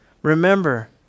Remember